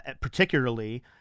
particularly